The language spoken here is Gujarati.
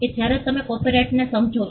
જ્યારે તમે કોપિરાઇટ ને સમજો છો